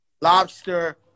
lobster